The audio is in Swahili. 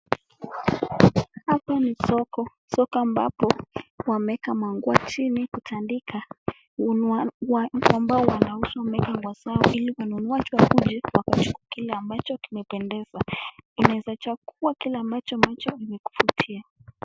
Hapa ni soko. Soko ambapo wameweka maguo chini kutandika wame wa ambao wanaouza wameweka nguo zao ili wanunuji wakuje wachukue kile ambacho kimependeza. Unawezachagua kile ambacho kimekuvutia.